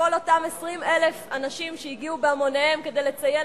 כל אותם 20,000 אנשים שהגיעו בהמוניהם כדי לציין